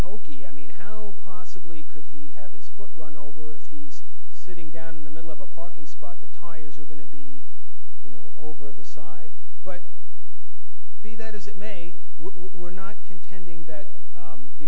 hokey i mean how possibly could he have his foot run over if he's sitting down in the middle of a parking spot the tires are going to be you know over the side but be that as it may we're not contending that